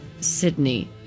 Sydney